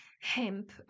Hemp